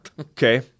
Okay